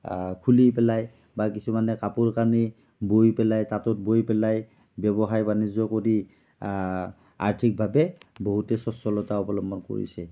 খুলি পেলাই বা কিছুমানে কাপোৰ কানি বৈ পেলাই তাঁতত বৈ পেলাই ব্যৱসায় বাণিজ্য কৰি আৰ্থিকভাৱে বহুতে সচ্ছলতা অৱলম্বন কৰিছে